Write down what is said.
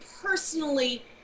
personally